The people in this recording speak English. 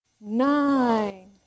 nine